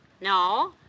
No